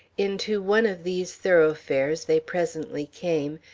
into one of these thoroughfares they presently came,